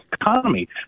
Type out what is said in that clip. economy